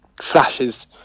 flashes